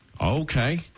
okay